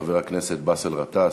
חבר הכנסת באסל גטאס,